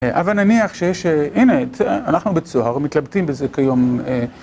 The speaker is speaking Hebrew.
אבל נניח שיש הינה את, אנחנו בצוהר מתלבטים בזה כיום.